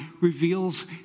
reveals